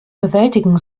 bewältigen